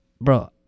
Bro